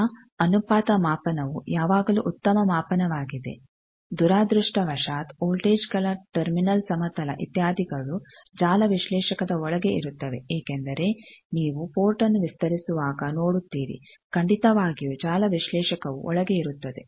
ಈಗ ಅನುಪಾತ ಮಾಪನವು ಯಾವಾಗಲೂ ಉತ್ತಮ ಮಾಪನವಾಗಿದೆ ದುರದೃಷ್ಟವಶಾತ್ ವೋಲ್ಟೇಜ್ಗಳ ಟರ್ಮಿನಲ್ ಸಮತಲ ಇತ್ಯಾದಿಗಳು ಜಾಲ ವಿಶ್ಲೇಷಕದ ಒಳಗೆ ಇರುತ್ತವೆ ಏಕೆಂದರೆ ನೀವು ಪೋರ್ಟ್ನ್ನು ವಿಸ್ತರಿಸುವಾಗ ನೋಡುತ್ತೀರಿ ಖಂಡಿತವಾಗಿಯೂ ಜಾಲ ವಿಶ್ಲೇಷಕವು ಒಳಗೆ ಇರುತ್ತದೆ